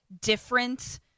different